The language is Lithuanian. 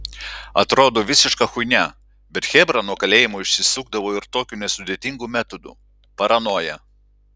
atrodo visiška chuinia bet chebra nuo kalėjimo išsisukdavo ir tokiu nesudėtingu metodu paranoja